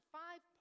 five